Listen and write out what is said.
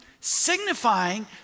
signifying